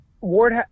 Ward